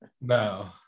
No